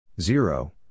zero